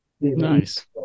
Nice